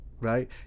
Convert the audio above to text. right